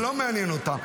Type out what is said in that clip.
זה לא מעניין אותם.